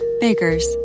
Baker's